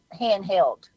handheld